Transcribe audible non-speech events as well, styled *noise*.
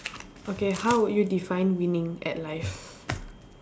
okay how would you define winning at life *noise*